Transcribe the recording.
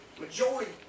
Majority